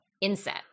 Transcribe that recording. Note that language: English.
inset